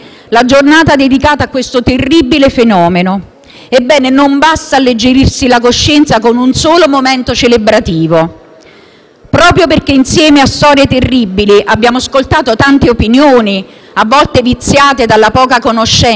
Ebbene, non basta alleggerirsi la coscienza con un solo momento celebrativo. Proprio perché insieme a storie terribili abbiamo ascoltato tante opinioni, a volte viziate dalla poca conoscenza del problema, frasi fatte e banalità,